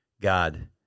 God